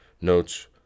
notes